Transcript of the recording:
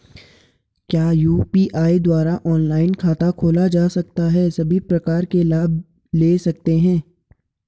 क्या यु.पी.आई द्वारा ऑनलाइन खाता खोला जा सकता है सभी प्रकार के लाभ ले सकते हैं?